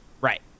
right